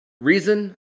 Reason